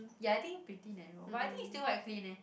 ya I think pretty narrow but I think is still quite clean eh